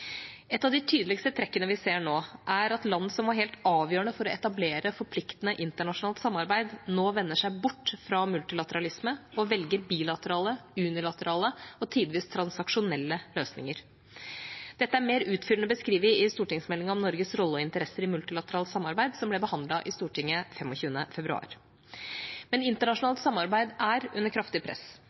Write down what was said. Et av de tydeligste trekkene vi ser nå, er at land som var helt avgjørende for å etablere forpliktende internasjonalt samarbeid, nå vender seg bort fra multilateralisme og velger bilaterale, unilaterale og tidvis transaksjonelle løsninger. Dette er mer utfyllende beskrevet i stortingsmeldinga om Norges rolle og interesser i multilateralt samarbeid, som ble behandlet i Stortinget den 25. februar. Internasjonalt samarbeid er under kraftig press.